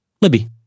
Libby